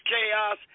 chaos